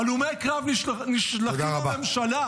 הלומי קרב נשלחים למלחמה,